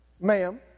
ma'am